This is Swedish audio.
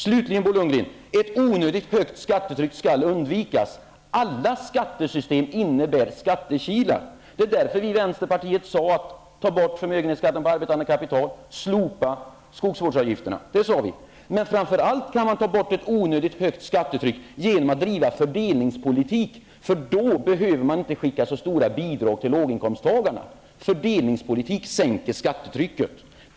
Slutligen, Bo Lundgren: Ett onödigt högt skattetryck skall undvikas. Alla skattesystem innebär skattekilar. Det var därför som vi i vänsterpartiet sade: Ta bort förmögenhetsskatten på arbetande kapital, och slopa skogsvårdsavgifterna. Men framför allt kan man ta bort ett onödigt högt skattetryck genom att bedriva fördelningspolitik. Då behöver man inte skicka så stora bidrag till låginkomsttagarna. Fördelningspolitik sänker skattetrycket.